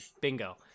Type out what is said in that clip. bingo